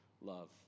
love